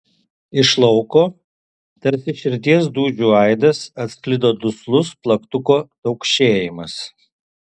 iš lauko tarsi širdies dūžių aidas atsklido duslus plaktuko taukšėjimas